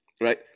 right